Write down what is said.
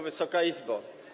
Wysoka Izbo!